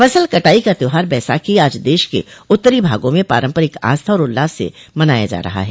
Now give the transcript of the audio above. फसल कटाई का त्यौहार बैसाखी आज देश के उत्तरी भागों में पारम्परिक आस्था और उल्लास से मनाया जा रहा है